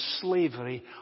slavery